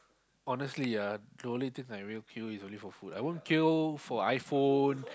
honestly ah the only thing I will queue is only for food I won't queue for iPhone